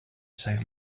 save